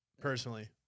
personally